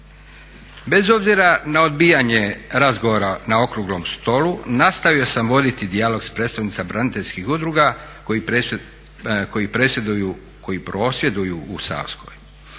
Bez obzira na odbijanje razgovora na okruglom stolu nastavio sam voditi dijalog sa predstavnicima braniteljskih udruga koji prosvjeduju u Savskoj.